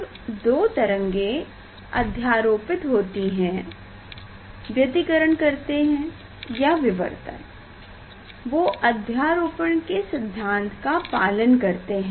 जब दो तरंगें अध्यारोपित होते हैं व्यतिकरण करते है या विवर्तन वो अध्यारोपण के सिद्धांत का पालन करते हैं